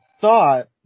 thought